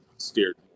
steered